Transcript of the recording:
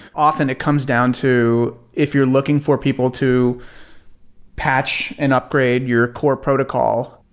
often it comes down to if you're looking for people to patch and upgrade your core protocol,